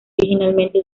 originalmente